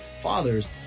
fathers